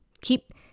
keep